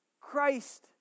Christ